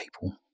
people